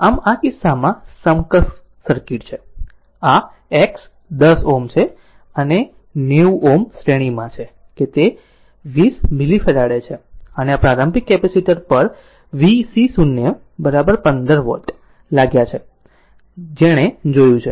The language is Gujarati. આમ આ કિસ્સામાં આ સમકક્ષ સર્કિટ છે આ x 10 Ω છે અને 90Ω શ્રેણીમાં છે કે તે 20 મિલિફેરાડે છે અને પ્રારંભિક કેપેસિટર પર v C0 15 વોલ્ટ લાગ્યાં છે જેણે જોયું છે